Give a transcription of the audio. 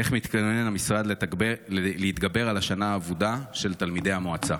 איך מתכנן המשרד להתגבר על השנה האבודה של תלמידי המועצה?